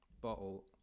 bottle